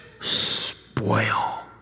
spoil